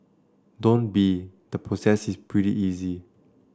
don't be the process is pretty easy